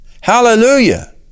Hallelujah